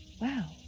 wow